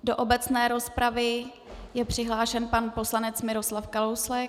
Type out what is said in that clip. Do obecné rozpravy je přihlášen pan poslanec Miroslav Kalousek.